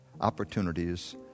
opportunities